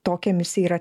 tokia misija yra